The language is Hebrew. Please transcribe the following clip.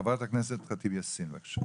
חברת הכנסת ח'טיב יאסין, בבקשה.